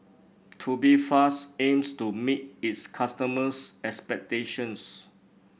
Tubifast aims to meet its customers' expectations